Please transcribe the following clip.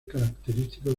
característico